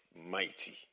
mighty